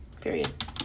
Period